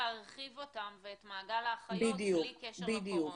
להרחיב אותם ואת מעגל האחריות בלי קשר לקורונה.